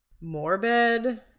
Morbid